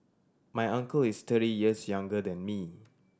my uncle is thirty years younger than me